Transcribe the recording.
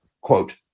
quote